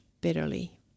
bitterly